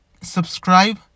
subscribe